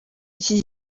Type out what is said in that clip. iki